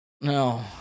no